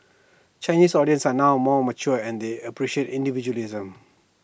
Chinese audience are now more mature and they appreciate individualism